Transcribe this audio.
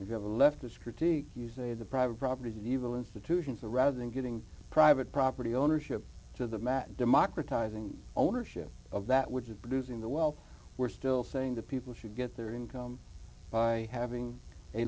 that you have a leftist critique you say the private property is evil institutions or rather than getting private property ownership to the mat democratizing ownership of that which is producing the wealth we're still saying that people should get their income by having a